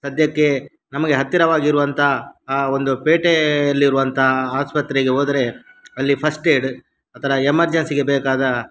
ಸದ್ಯಕ್ಕೆ ನಮಗೆ ಹತ್ತಿರವಾಗಿರುವಂಥ ಆ ಒಂದು ಪೇಟೆಯಲ್ಲಿರುವಂಥ ಆಸ್ಪತ್ರೆಗೆ ಹೋದರೆ ಅಲ್ಲಿ ಫಸ್ಟ್ಏಡ್ ಆ ಥರ ಎಮರ್ಜೆನ್ಸಿಗೆ ಬೇಕಾದ